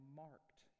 marked